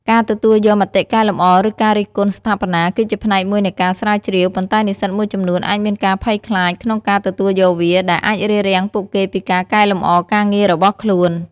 ការទទួលយកមតិកែលម្អ ឬការរិះគន់ស្ថាបនា គឺជាផ្នែកមួយនៃការស្រាវជ្រាវ ប៉ុន្តែនិស្សិតមួយចំនួនអាចមានការភ័យខ្លាចក្នុងការទទួលយកវា ដែលអាចរារាំងពួកគេពីការកែលម្អការងាររបស់ខ្លួន។